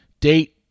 date